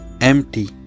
empty